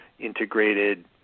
integrated